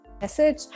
message